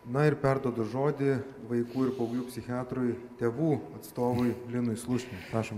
na ir perduodu žodį vaikų ir paauglių psichiatrui tėvų atstovui linui slušniui prašom